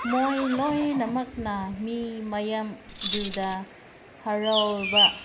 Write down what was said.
ꯃꯣꯏ ꯂꯣꯏꯅꯃꯛꯅ ꯃꯤ ꯃꯌꯥꯝꯗꯨꯗ ꯍꯔꯥꯎꯕ